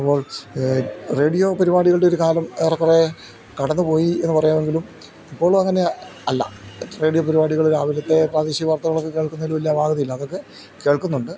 അപ്പോൾ റേഡിയോ പരിപാടികളുടെ ഒരു കാലം ഏറെക്കുറേ കടന്ന് പോയി എന്ന് പറയാമെങ്കിലും ഇപ്പോളും അങ്ങനെ അല്ല റേഡിയോ പരിപാടികൾ രാവിലത്തെ പ്രാദേശിക വാർത്തകളൊക്കെ കേൾക്കുന്നതിൽ വലിയ അപാകതയില്ല അതൊക്കെ കേൾക്കുന്നുണ്ട്